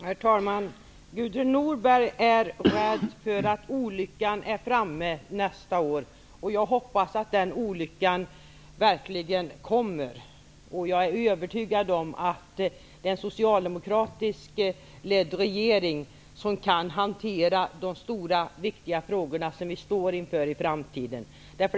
Herr talman! Gudrun Norberg är rädd för att olyckan skall vara framme nästa år. Jag hoppas att den olyckan verkligen inträffar. Jag är övertygad om att en socialdemokratiskt ledd regering kan hantera de stora viktiga frågor som vi står inför.